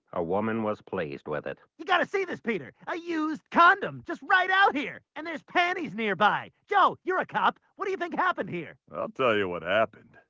a woman was pleased with it. you gotta see this peter i used condom just right out here and there's panties nearby joe. you're a cop. what do you think happened here? i'll tell you what happened.